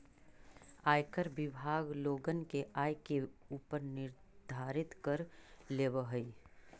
आयकर विभाग लोगन के आय के ऊपर निर्धारित कर लेवऽ हई